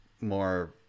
more